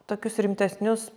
tokius rimtesnius